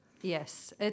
Yes